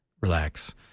relax